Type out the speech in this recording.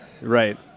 right